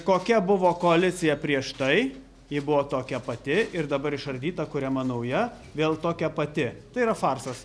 kokia buvo koalicija prieš tai ji buvo tokia pati ir dabar išardyta kuriama nauja vėl tokia pati tai yra farsas